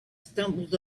stumbled